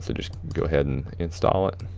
so just go ahead and install it.